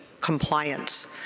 compliance